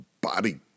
body